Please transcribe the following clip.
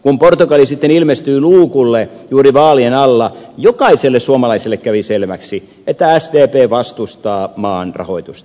kun portugali sitten ilmestyi luukulle juuri vaalien alla jokaiselle suomalaiselle kävi selväksi että sdp vastustaa maan rahoitusta